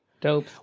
Dope